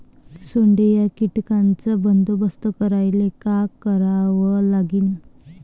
सोंडे या कीटकांचा बंदोबस्त करायले का करावं लागीन?